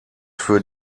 für